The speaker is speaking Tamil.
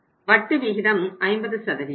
வட்டி விகிதம் 50